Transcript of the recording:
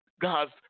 God's